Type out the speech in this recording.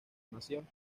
nación